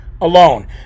alone